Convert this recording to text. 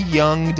young